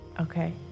Okay